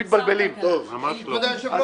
כרגע.